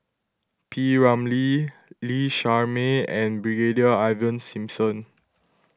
P Ramlee Lee Shermay and Brigadier Ivan Simson